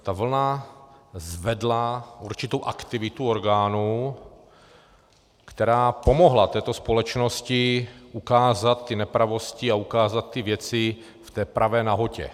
A ta vlna zvedla určitou aktivitu orgánů, která pomohla této společnosti ukázat nepravosti a ukázat ty věci v té pravé nahotě.